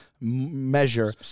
measure